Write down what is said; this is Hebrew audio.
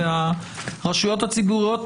והרשויות הציבוריות,